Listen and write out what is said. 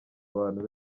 abantu